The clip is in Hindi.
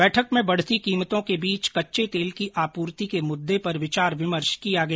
बैठक में बढ़ती कीमतों के बीच कच्चे तेल की आपूर्ति के मुद्दे पर विचार विमर्श किया गया